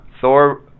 thor